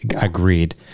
Agreed